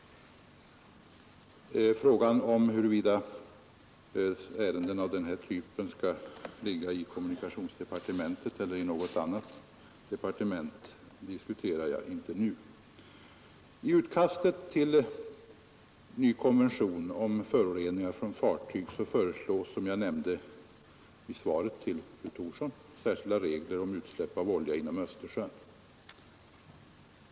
Frågan om huruvida ärenden av den här typen skall ligga i kommunikationsdepartementet eller i något annat departement diskuterar jag inte nu. I utkastet till ny konvention om föroreningar från fartyg föreslås, som jag nämnde i svaret till fru Thorsson, särskilda regler om utsläpp av olja inom Östersjön.